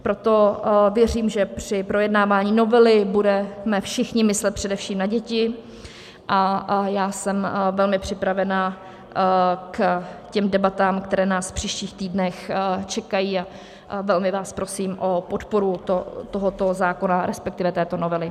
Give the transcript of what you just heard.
Proto věřím, že při projednávání novely budeme všichni myslet především na děti a já jsem velmi připravena k těm debatám, které nás v příštích týdnech čekají, a velmi vás prosím o podporu tohoto zákona, respektive této novely.